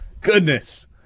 Goodness